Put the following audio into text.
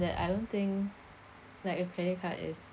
that I don't think like a credit card is